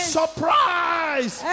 surprise